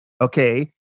okay